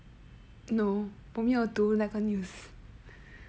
no 我没有读那个 news